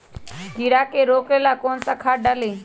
कीड़ा के रोक ला कौन सा खाद्य डाली?